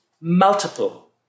multiple